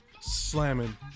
Slamming